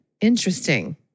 Interesting